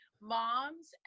moms